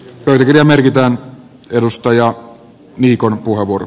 röyhkä merkitään edustoja kirkon urkuri